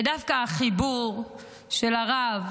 ודווקא החיבור של הרב